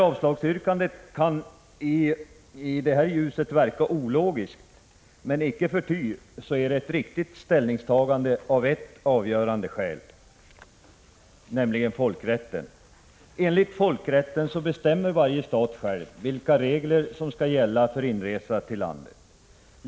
Avstyrkandet kan i detta ljus verka ologiskt, men icke förty är det ett riktigt ställningstagande av ett avgörande skäl, nämligen folkrätten. Enligt folkrätten bestämmer varje stat själv vilka regler som skall gälla för inresa till landet.